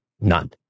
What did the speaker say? none